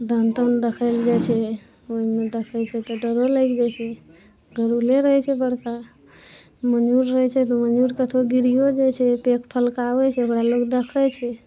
धान तान देखैलए जाइ छै ओहिमे देखै छै तऽ डरो लागि जाइ छै गरुरे रहै छै बड़का मयूर रहै छै तऽ मयूर कतहो गिरियो जाइ छै पैंख फलकाबै छै ओकरा लोग देखै छै